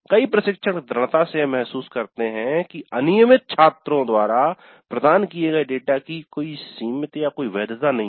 कई प्रशिक्षक दृढ़ता से यह महसूस करते हैं कि अनियमित छात्रों द्वारा प्रदान किए गए डेटा की सीमित या कोई वैधता नहीं है